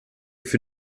für